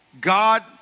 God